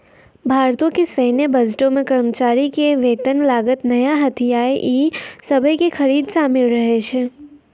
भारतो के सैन्य बजटो मे कर्मचारी के वेतन, लागत, नया हथियार इ सभे के खरीद शामिल रहै छै